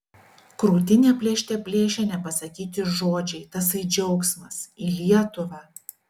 krūtinę plėšte plėšė nepasakyti žodžiai tasai džiaugsmas į lietuvą